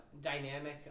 dynamic